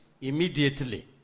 Immediately